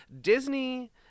Disney